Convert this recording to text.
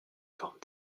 forme